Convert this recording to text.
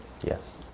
Yes